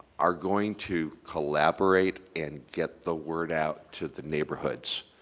are going to collaborate and get the word out to the neighborhoods.